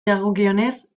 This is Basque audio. dagokionez